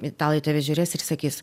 italai į tave žiūrės ir sakys